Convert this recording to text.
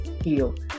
heal